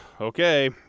Okay